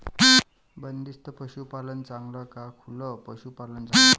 बंदिस्त पशूपालन चांगलं का खुलं पशूपालन चांगलं?